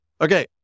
Okay